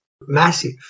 massive